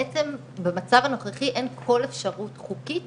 בעצם במצב הנוכחי אין כל אפשרות חוקית